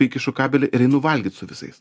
įkišu kabelį ir einu valgyt su visais